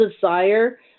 desire